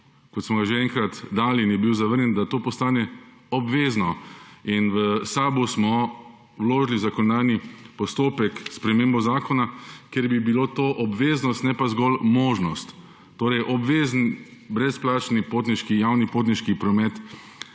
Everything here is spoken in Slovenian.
kot smo ga že enkrat dali in je bil zavrnjen, da to postane obvezno in v SAB smo vložili zakonodajni postopek, spremembo zakona, kjer bi bilo to obveznost ne pa zgolj možnost. Torej obvezen brezplačni potniški, javni potniški promet